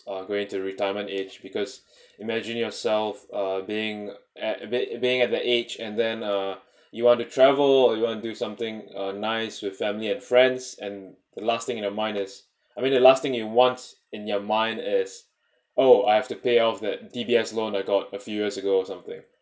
going to retirement age because imagine yourself uh being at a bit being at the age and then uh you want to travel or you want to do something uh nice with family and friends and the last thing in your mind is I mean it last thing you want in your mind is oh I have to pay off that D_B_S loan I got a few years ago or something